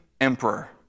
emperor